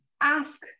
ask